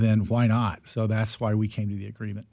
then why not so that's why we came to the agreement